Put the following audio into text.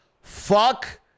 Fuck